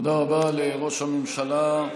תודה רבה לראש הממשלה.